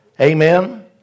Amen